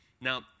Now